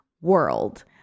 world